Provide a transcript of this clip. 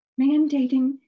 mandating